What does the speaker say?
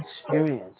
experience